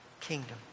kingdom